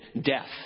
death